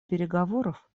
переговоров